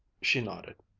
she nodded.